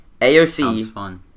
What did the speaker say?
AOC